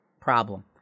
problem